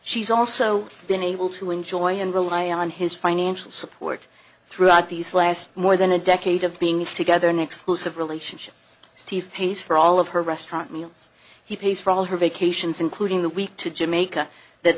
she's also been able to enjoy and rely on his financial support throughout these last more than a decade of being together an explosive relationship steve pays for all of her restaurant meals he pays for all her vacations including the week to jamaica that